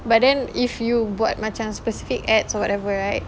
but then if you buat macam specific ads or whatever right